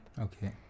Okay